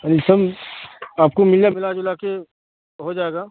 السم آپ کو ملا ملا جلا کے ہو جائے گا